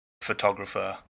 photographer